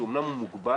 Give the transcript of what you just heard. שאולי הוא מוגבל,